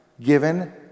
given